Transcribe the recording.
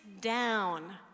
down